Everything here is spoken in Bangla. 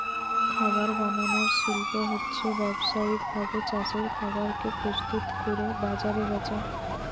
খাবার বানানার শিল্প হচ্ছে ব্যাবসায়িক ভাবে চাষের খাবার কে প্রস্তুত কোরে বাজারে বেচা